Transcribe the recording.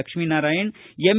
Lakshminarayana M